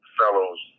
fellows